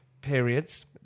periods